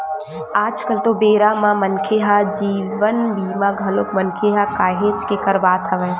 आज कल तो बेरा म मनखे ह जीवन बीमा घलोक मनखे ह काहेच के करवात हवय